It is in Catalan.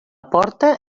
porta